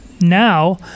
now